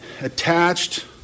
Attached